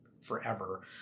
forever